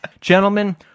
Gentlemen